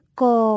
go